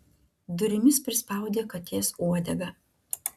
durimis prispaudė katės uodegą